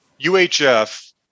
uhf